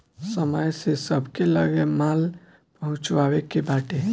समय से सबके लगे माल पहुँचावे के बाटे